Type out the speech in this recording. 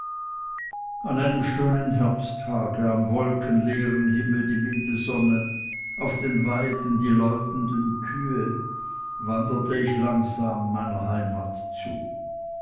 an einem schönen herbsttage am wolkenleeren himmel die milde sonne auf den weiden die läutenden kühe wanderte ich langsam meiner heimat zu